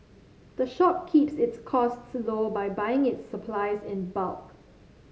the shop keeps its costs low by buying its supplies in bulk